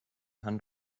hand